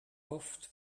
oft